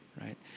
right